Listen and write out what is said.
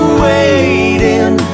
waiting